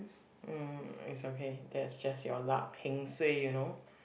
mm it's okay that's just your luck heng suay you know